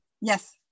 yes